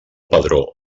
padró